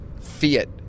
fiat